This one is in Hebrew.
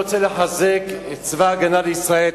אני רוצה לחזק את צבא-הגנה לישראל,